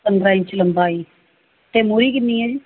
ਪੰਦਰ੍ਹਾਂ ਇੰਚ ਲੰਬਾਈ ਅਤੇ ਮੂਹਰੀ ਕਿੰਨੀ ਹੈ ਜੀ